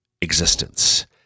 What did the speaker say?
existence